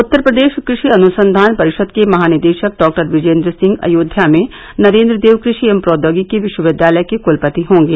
उत्तर प्रदेश कृषि अनुसंधान परिषद के महानिदेशक डॉक्टर बिजेन्द्र सिंह अयोध्या में नरेन्द्र देव कृषि एवं प्रौद्योगिकी विश्वविद्यालय के कुलपति हॉगे